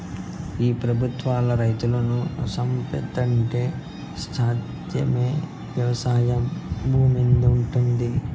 ఈ పెబుత్వాలు రైతులను సంపేత్తంటే సేద్యానికి వెవసాయ భూమేడుంటది